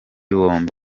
bombi